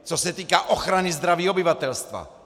Co se týká ochrany zdraví obyvatelstva.